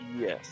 Yes